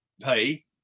pay